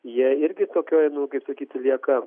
jie irgi tokioj nu kaip sakyti lieka